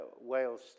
Wales